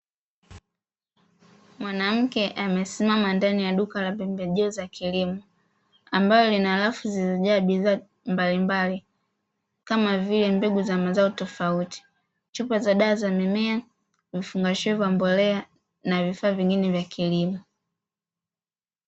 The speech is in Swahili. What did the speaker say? Mwanamke amesimama ndani ya duka la pembejeo za kilimo, ambalo lina rafu zilizojaa bidhaa mbalimbali, kama vile: mbegu za mazao tofauti, chupa za dawa za mimea, vifungashio vya mbolea, na vifaa vingine vya kilimo.